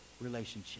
relationship